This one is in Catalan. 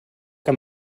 que